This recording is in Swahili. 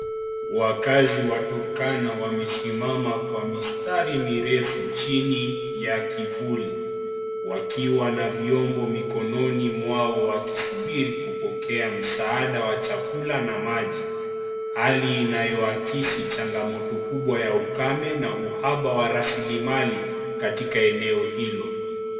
Wakazi wa turkana wamesimama kwa misitari mirefu chini ya kivuli wakiwa na vyombo mikononi mwao wakisubiri kupokea msaada wa chakula na maji hali inayoakisi changamoto kubwa ya ukame na rasilimali katika eneo hilo.